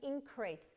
increase